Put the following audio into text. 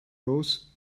rows